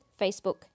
Facebook